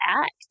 act